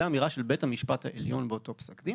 זו האמירה של בית המשפט העליון באותו פסק דין